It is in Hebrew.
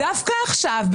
ודווקא עכשיו,